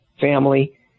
family